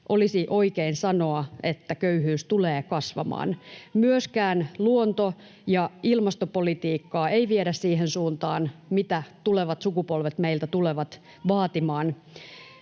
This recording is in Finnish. olisi oikein sanoa, että köyhyys tulee kasvamaan. Myöskään luonto- ja ilmastopolitiikkaa ei viedä siihen suuntaan, mitä tulevat sukupolvet meiltä tulevat vaatimaan.